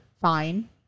fine